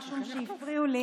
לא יעבור כלום.